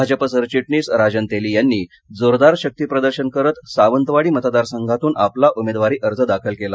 भाजप सरचिटणीस राजन तेली यांनी जोरदार शक्तिप्रदर्शन करत सावंतवाडी मतदारसंघातून आपला उमेदवारी अर्ज दाखल केला